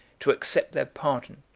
to accept their pardon,